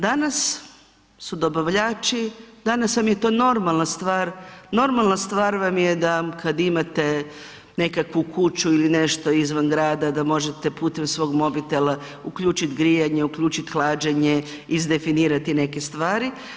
Danas su dobavljači, danas vam je to normalna stvar, normalna stvar vam je kad imate nekakvu kuću ili nešto izvan grada da možete putem svog mobitela uključiti grijanje, uključiti hlađenje, izdefinirati neke stvari.